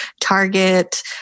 Target